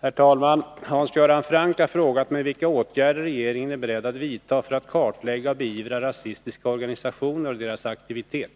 Herr talman! Hans Göran Franck har frågat mig vilka åtgärder regeringen är beredd att vidta för att kartlägga och beivra rasistiska organisationer och deras aktivitet.